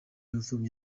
impfubyi